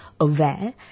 aware